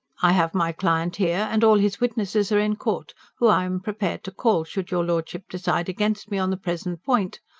i have my client here, and all his witnesses are in court whom i am prepared to call, should your lordship decide against me on the present point.